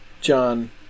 John